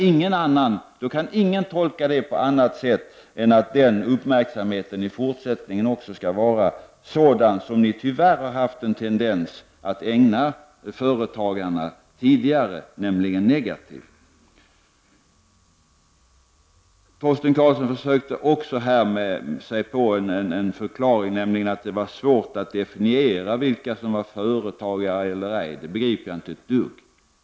Ingen kan tolka det på annat sätt än att den uppmärksamheten i fortsättningen också skall vara sådan som den ni tidigare tyvärr har haft en tendens att ägna företagarna, nämligen en negativ uppmärksamhet. Torsten Karlsson försökte sig också på en förklaring, nämligen att det var svårt att definiera vilka som var företagare eller ej. Det begriper jag inte alls.